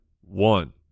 one